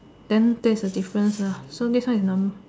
then that is the difference lah so next one is num~